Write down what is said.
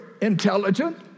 intelligent